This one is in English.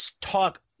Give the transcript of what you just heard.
talk